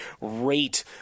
rate